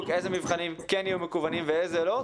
איזה מבחנים כן יהיו מקוונים ואיזה לא,